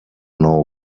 know